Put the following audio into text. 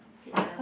fitness